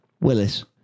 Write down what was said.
Willis